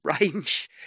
range